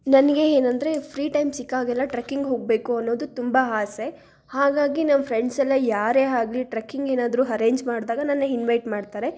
ನನಗೆ ಏನೆಂದ್ರೆ free time ಸಿಕ್ಕಾಗೆಲ್ಲ ಟ್ರಕ್ಕಿಂಗ್ ಹೋಗಬೇಕು ಅನ್ನೋದು ತುಂಬ ಆಸೆ ಹಾಗಾಗಿ ನಮ್ಮ ಫ್ರೆಂಡ್ಸ್ ಎಲ್ಲ ಯಾರೇ ಆಗ್ಲಿ ಟ್ರಕ್ಕಿಂಗ್ ಏನಾದ್ರೂ ಹರೆಂಜ್ ಮಾಡಿದಾಗ ನನ್ನ ಇನ್ವೈಟ್ ಮಾಡ್ತಾರೆ